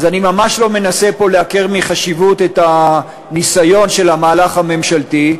אז אני ממש לא מנסה פה לעקר מחשיבות את הניסיון של המהלך הממשלתי,